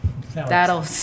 That'll